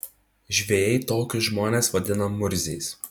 žvejai tokius žmones vadina murziais